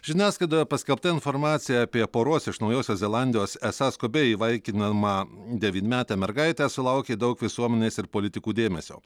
žiniasklaidoje paskelbta informacija apie poros iš naujosios zelandijos esą skubiai įvaikinamą devynmetę mergaitę sulaukė daug visuomenės ir politikų dėmesio